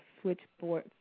switchboard